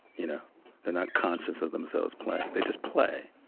you know they're not conscious of themselves playing. they just play.